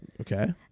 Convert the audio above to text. Okay